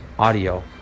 audio